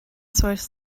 source